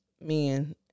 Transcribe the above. men